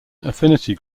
affinity